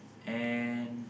and